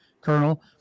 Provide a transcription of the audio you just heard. Colonel